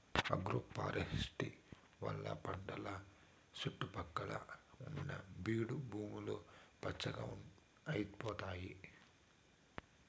agroforestry వల్ల పంటల సుట్టు పక్కల ఉన్న బీడు భూములు పచ్చగా అయితాయి